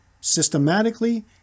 systematically